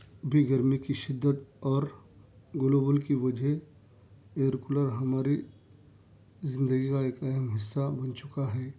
بھی گرمی کی شدت اور گلوبل کی وجہ ایئر کولر ہماری زندگی کا ایک اہم حصہ بن چکا ہے